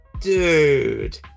Dude